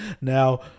Now